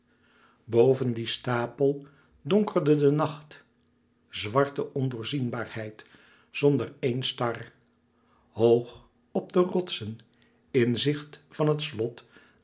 dien stapel donkerde de nacht zwarte ondoorzienbaarheid zonder één star hoog op de rotsen in zicht van het slot